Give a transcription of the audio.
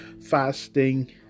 fasting